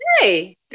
Hey